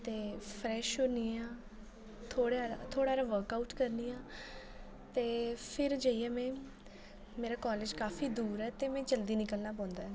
ते फ्रेश होनी आं थोह्ड़ा हारा थोह्ड़ा हारा वर्क आऊट करनी आं ते फिर जाइयै में मेरा कॉलेज़ काफी दूर ऐ ते में जल्दी निकलना पौंदा ऐ